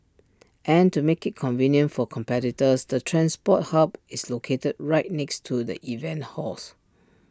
and to make IT convenient for competitors the transport hub is located right next to the event halls